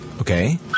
Okay